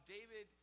David